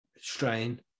Strain